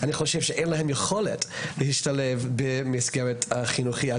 אני חושב שאין להם יכולת להשתלב במסגרת החינוכית.